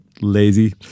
lazy